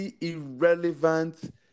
irrelevant